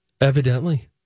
Evidently